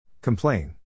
Complain